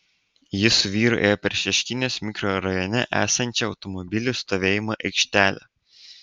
ji su vyru ėjo per šeškinės mikrorajone esančią automobilių stovėjimo aikštelę